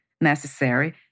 necessary